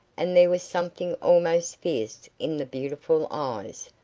and there was something almost fierce in the beautiful eyes,